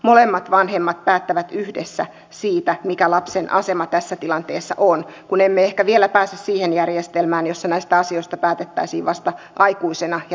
molemmat vanhemmat päättävät yhdessä siitä mikä lapsen asema tässä tilanteessa on kun emme ehkä vielä pääse siihen järjestelmään jossa näistä asioista päätettäisiin vasta aikuisena ja henkilökohtaisesti